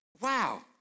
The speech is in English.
Wow